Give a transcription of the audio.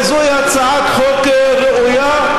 זו הצעת חוק ראויה.